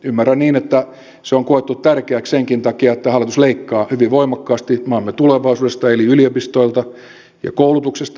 ymmärrän niin että se on koettu tärkeäksi senkin takia että hallitus leikkaa hyvin voimakkaasti maamme tulevaisuudesta eli yliopistoilta ja koulutuksesta myös